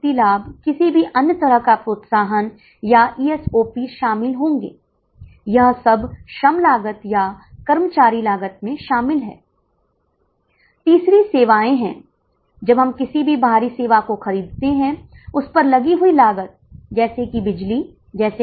तो क्या होता है यदि आपके पास 2 बसें हैं तो निर्धारित लागत 23512 हो जाती है यह 12000 है और साथ में 2 बसों की लागत जो 5756 गुना 2 है क्या आप समझ रहे हैं